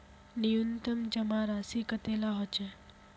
न्यूनतम जमा राशि कतेला होचे?